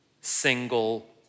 single